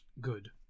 good